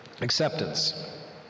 acceptance